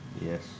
Yes